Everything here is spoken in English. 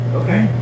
okay